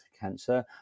cancer